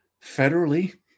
federally